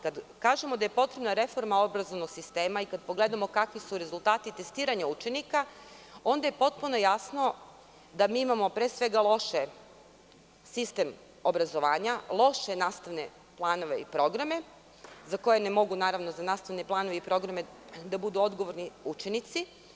Kad kažemo da je potrebna reforma obrazovnog sistema i kad pogledamo kakvi su rezultati testiranja učenika, onda je potpuno jasno da mi imamo, pre svega loš sistem obrazovanja, loše nastavne planove i programe, za koje ne mogu naravno, za nastavne planove i programe da budu odgovorni učenici.